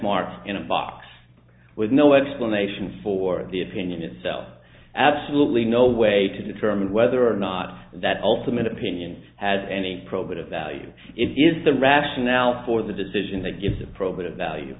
mark in a box with no explanation for the opinion itself absolutely no way to determine whether or not that ultimate opinion had any probative value is the rationale for the decision that gives appropriate value